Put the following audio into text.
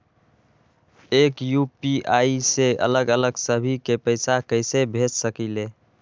एक यू.पी.आई से अलग अलग सभी के पैसा कईसे भेज सकीले?